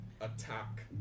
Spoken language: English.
attack